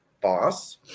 boss